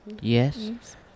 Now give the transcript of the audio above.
Yes